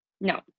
No